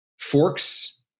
forks